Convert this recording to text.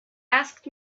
asked